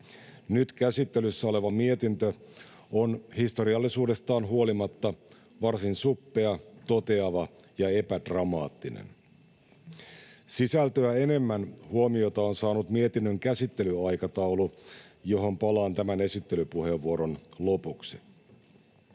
nyt käsittelyssä oleva mietintö on historiallisuudestaan huolimatta varsin suppea, toteava ja epädramaattinen. Sisältöä enemmän huomiota on saanut mietinnön käsittelyaikataulu, johon palaan tämän esittelypuheenvuoron lopuksi.